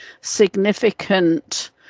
significant